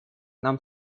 нам